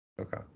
Okay